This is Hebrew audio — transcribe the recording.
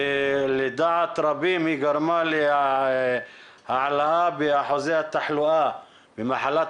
לדעת רבים היא גרמה להעלאה באחוזי התחלואה ממחלת